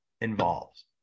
involves